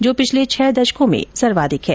जो पिछले छह दशकों में सर्वाधिक है